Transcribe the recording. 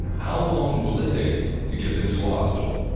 how long will it take to get them to a hospital?